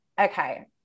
Okay